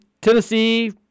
Tennessee